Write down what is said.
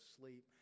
sleep